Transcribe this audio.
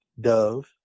Dove